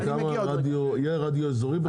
יהיה בכלל רדיו אזורי?